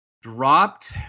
dropped